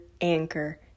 Anchor